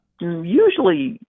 Usually